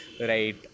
right